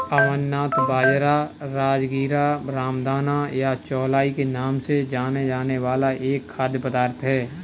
अमरनाथ बाजरा, राजगीरा, रामदाना या चौलाई के नाम से जाना जाने वाला एक खाद्य पदार्थ है